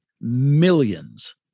millions